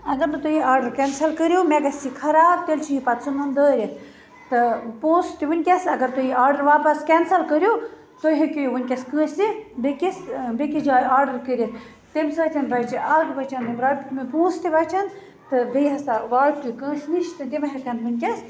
اَگر نہٕ تُہۍ یہِ آڈر کینسل کٔرِو مےٚ گَژھِ یہِ خَراب تیٚلہِ چھُ یہِ پَتہٕ ژھُنُن دٲرِتھ تہٕ پونٛسہٕ تہِ ونکٮ۪س اگر تُہۍ آڈر واپس کینسل کٔرِو تُہۍ ہیٚکِو یہِ ونکٮ۪س کٲنٛسہِ دِتھ بیٚکِس بیٚکِس جایہِ آڈَر کٔرِتھ تَمہِ سۭتۍ بَچہِ اکھ بَچَن یِم رۄپ یِم پونٛسہِ تہِ بَچَن تہٕ بیٚیہِ ہَسا واتہِ یہِ کٲنٛسہِ نِش تِم ہیٚکَن ونکٮ۪س